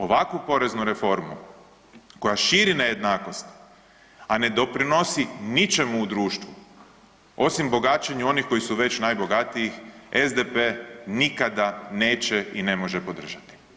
Ovakvu poreznu reformu, koja širi nejednakost, a ne doprinosi ničemu u društvu, osim bogaćenju onih koji su već najbogatiji, SDP nikada neće i ne može podržati.